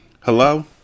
Hello